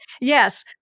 Yes